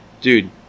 Dude